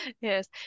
Yes